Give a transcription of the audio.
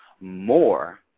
more